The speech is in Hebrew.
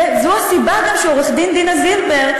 זו הסיבה גם שעורכת-דין דינה זילבר,